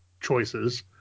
choices